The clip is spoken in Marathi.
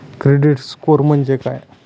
क्रेडिट स्कोअर म्हणजे काय?